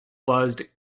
buzzed